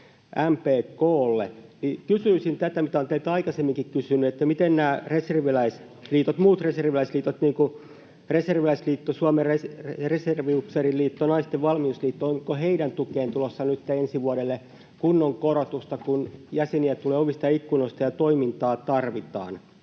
MPK:lle. Kysyisin tätä, mitä olen teiltä aikaisemminkin kysynyt: miten muut reserviläisliitot, niin kuin Reserviläisliitto, Suomen Reserviupseeriliitto ja Naisten Valmiusliitto, onko heidän tukeensa tulossa nytten ensi vuodelle kunnon korotusta, kun jäseniä tulee ovista ja ikkunoista ja toimintaa tarvitaan?